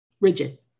rigid